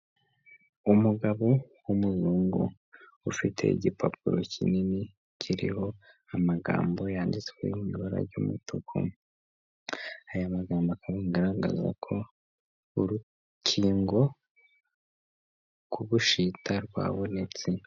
Umugabo w'umuzungu ufite igipapuro kinini kiriho amagambo yanditswe mu ibara ry'umutuku aya magambo akaba agaragaza ko urukingo rw'ubushita rwabonetse.